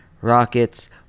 Rockets